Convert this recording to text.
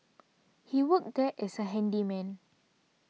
he worked there as a handyman